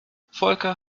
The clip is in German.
volker